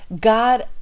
God